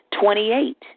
Twenty-eight